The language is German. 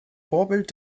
vorbild